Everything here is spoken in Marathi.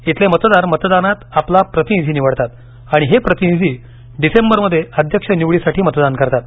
इथले मतदार मतदानात आपला प्रतिनिधी निवडतात आणि हे प्रतिनिधी डिसेंबरमध्ये अध्यक्ष निवडीसाठी मतदान करतात